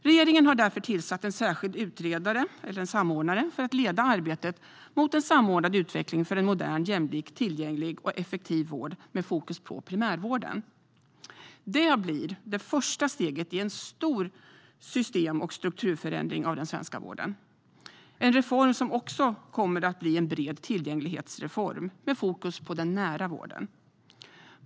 Regeringen har därför tillsatt en särskild utredare, eller samordnare, för att leda arbetet mot en samordnad utveckling för en modern, jämlik, tillgänglig och effektiv vård med fokus på primärvården. Detta blir det första steget i en stor system och strukturförändring av den svenska vården. Det är en reform som också kommer att bli en bred tillgänglighetsreform med fokus på den nära vården.